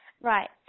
Right